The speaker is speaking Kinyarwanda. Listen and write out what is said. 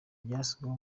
ryashyizweho